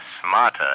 smarter